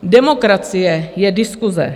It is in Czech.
Demokracie je diskuse.